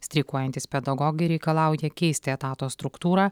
streikuojantys pedagogai reikalauja keisti etato struktūrą